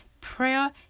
prayer